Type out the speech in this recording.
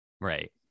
Right